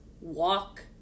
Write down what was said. Walk